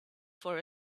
for